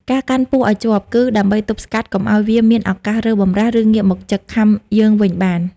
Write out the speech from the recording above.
ការកាន់ពស់ឱ្យជាប់ គឺដើម្បីទប់ស្កាត់កុំឱ្យវាមានឱកាសរើបម្រះ ឬងាកមកចឹក ខាំយើងវិញបាន។